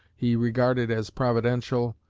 he regarded as providential,